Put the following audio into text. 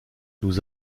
nous